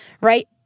right